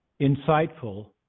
insightful